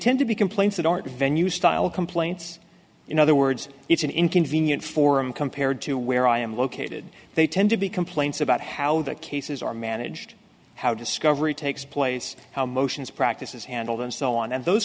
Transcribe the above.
tend to be complaints that aren't venue style complaints in other words it's an inconvenient forum compared to where i am located they tend to be complaints about how the cases are managed how discovery takes place how motions practice is handled and so on and those